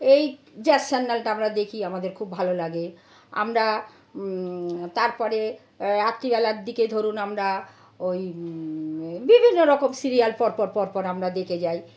এই জ্যাজ সান্যালটা আমরা দেখি আমাদের খুব ভালো লাগে আমরা তারপরে রাত্রিবেলার দিকে ধরুন আমরা ওই বিভিন্ন রকম সিরিয়াল পরপর পরপর আমরা দেখে যাই